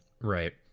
Right